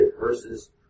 verses